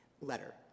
letter